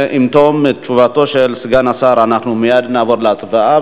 ומייד עם תום תשובתו של סגן השר אנחנו נעבור להצבעה.